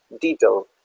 detail